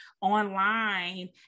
online